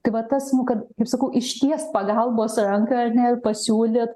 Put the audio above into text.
tai vat tas nu kad kaip sakau ištiest pagalbos ranką ar ne ir pasiūlyt